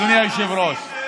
אדוני היושב-ראש,